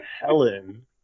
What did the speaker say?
Helen